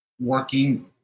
working